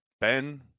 Ben